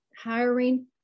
hiring